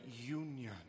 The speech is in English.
union